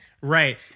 Right